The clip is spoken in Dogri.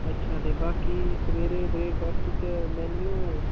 अच्छा ते बाकी सवेरे ब्रेकफास्ट च मेन्यू